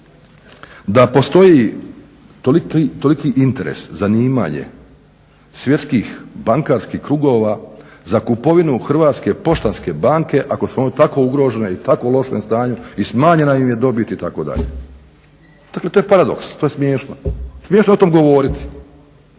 da postoji toliki interes, zanimanje svjetskih bankarskih klubova za kupovinu Hrvatske poštanske banke ako smo u tako ugroženom i tako lošem stanju i smanjena im je dobit itd. Dakle, to je paradoks to je smiješno, smiješno je o tome govoriti.